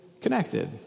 connected